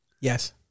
Yes